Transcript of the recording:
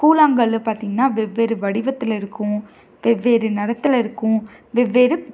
கூழாங்கல் பார்த்திங்கன்னா வெவ்வேறு வடிவத்தில் இருக்கும் வெவ்வேறு நிறத்துல இருக்கும் வெவ்வேறு